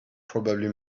probably